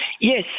Yes